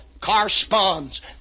corresponds